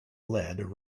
lead